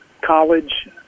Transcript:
college